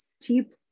steep